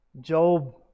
Job